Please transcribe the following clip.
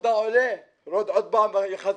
אתה עולה, יורד עוד פעם בחזרה.